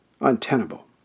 untenable